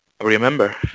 Remember